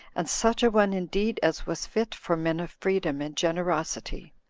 and such a one indeed as was fit for men of freedom and generosity,